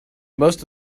most